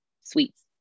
sweets